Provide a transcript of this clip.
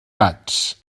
gats